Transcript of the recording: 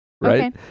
Right